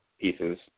pieces